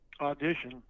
audition